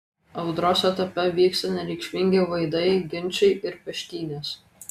audros etape vyksta nereikšmingi vaidai ginčai ir peštynės